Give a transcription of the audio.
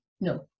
no